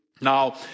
Now